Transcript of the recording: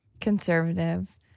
conservative